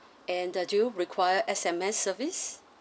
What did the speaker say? and uh do require S_M_S service